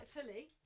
fully